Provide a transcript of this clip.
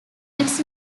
its